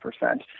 percent